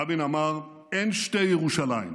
רבין אמר: "אין שתי ירושלים,